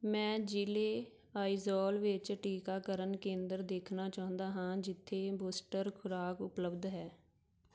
ਮੈਂ ਜ਼ਿਲ੍ਹੇ ਆਈਜ਼ੌਲ ਵਿੱਚ ਟੀਕਾਕਰਨ ਕੇਂਦਰ ਦੇਖਣਾ ਚਾਹੁੰਦਾ ਹਾਂ ਜਿੱਥੇ ਬੂਸਟਰ ਖੁਰਾਕ ਉਪਲਬਧ ਹੈ